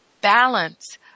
balance